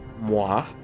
moi